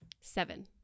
Seven